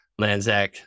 Lanzac